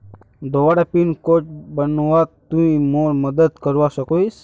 दोबारा pin code बनवात तुई मोर मदद करवा सकोहिस?